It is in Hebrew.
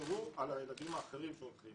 תשמרו על הילדים האחרים שהולכים